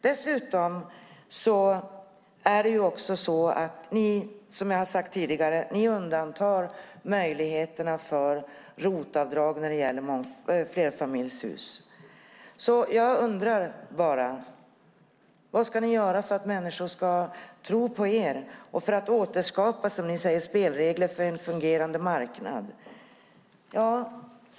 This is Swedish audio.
Dessutom undantar ni, som jag har sagt tidigare, möjligheterna för ROT-avdrag när det gäller flerfamiljshus. Jag undrar bara: Vad ska ni göra för att människor ska tro på er och för att återskapa spelregler för en fungerande marknad?